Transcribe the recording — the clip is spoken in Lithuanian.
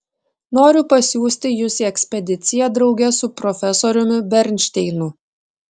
noriu pasiųsti jus į ekspediciją drauge su profesoriumi bernšteinu